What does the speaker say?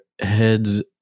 heads